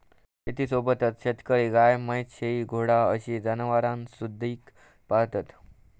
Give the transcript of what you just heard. शेतीसोबतच शेतकरी गाय, म्हैस, शेळी, घोडा अशी जनावरांसुधिक पाळतत